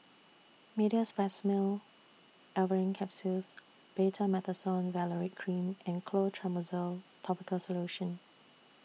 Meteospasmyl Alverine Capsules Betamethasone Valerate Cream and Clotrimozole Topical Solution